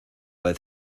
vez